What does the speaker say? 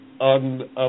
on